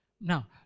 Now